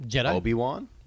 Obi-Wan